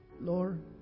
Lord